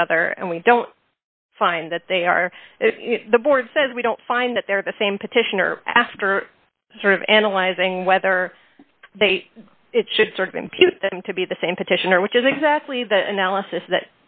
each other and we don't find that they are the board says we don't find that they're the same petitioner after sort of analyzing whether they should sort of impute them to be the same petitioner which is exactly the analysis that